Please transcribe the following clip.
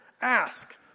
Ask